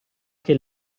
che